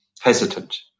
hesitant